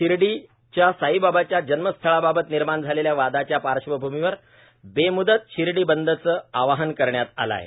शिर्डीच्या साईबाबांच्या जन्मस्थळाबाबत निर्माण झालेल्या वादाच्या पार्श्वभूमीवर बेम्दत शिर्डी बंदचं आवाहन करण्यात आलं आहे